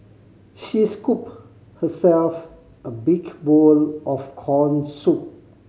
she scooped herself a big bowl of corn soup